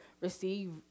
receive